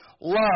love